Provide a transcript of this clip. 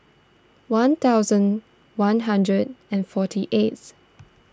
one thousand one hundred and forty eighth